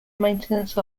maintenance